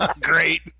Great